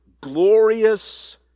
glorious